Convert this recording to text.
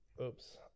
oops